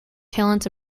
talents